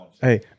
Hey